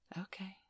okay